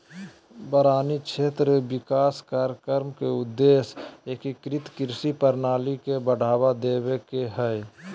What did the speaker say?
वारानी क्षेत्र विकास कार्यक्रम के उद्देश्य एकीकृत कृषि प्रणाली के बढ़ावा देवे के हई